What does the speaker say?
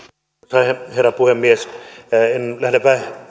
arvoisa herra puhemies en lähde